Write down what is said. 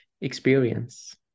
experience